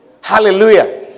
Hallelujah